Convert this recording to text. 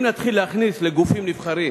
אם נתחיל להכניס לגופים נבחרים